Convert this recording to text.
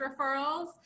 referrals